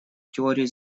теории